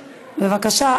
בבקשה,